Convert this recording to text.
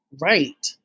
right